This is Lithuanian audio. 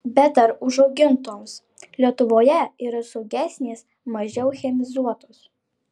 bet ar užaugintos lietuvoje yra saugesnės mažiau chemizuotos